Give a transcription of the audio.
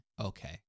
okay